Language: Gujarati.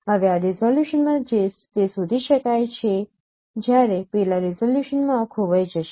હવે આ રીઝોલ્યુશનમાં તે શોધી શકાય છે જ્યારે પેલા રીઝોલ્યુશનમાં આ ખોવાઈ જશે